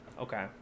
okay